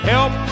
Help